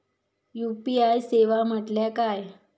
UPI सेवा म्हटल्या काय?